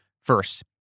first